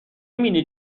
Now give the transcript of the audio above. بینی